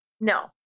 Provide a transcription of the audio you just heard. no